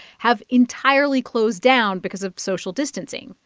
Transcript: have entirely closed down because of social distancing.